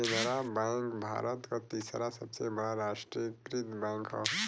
Canara bank Bharat क तीसरा सबसे बड़ा राष्ट्रीयकृत बैंक हौ